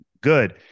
good